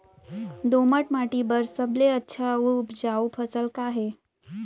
दोमट माटी बर सबले अच्छा अऊ उपजाऊ फसल का हे?